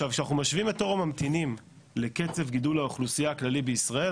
כשאנחנו משווים את תור הממתינים לקצב גידול האוכלוסייה הכללית בישראלי,